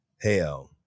Hell